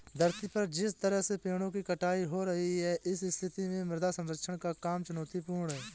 धरती पर जिस तरह से पेड़ों की कटाई हो रही है इस स्थिति में मृदा संरक्षण का काम चुनौतीपूर्ण है